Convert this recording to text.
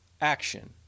action